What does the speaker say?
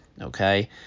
okay